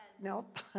Nope